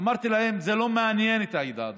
אמרתי להם: זה לא מעניין את העדה הדרוזית,